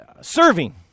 serving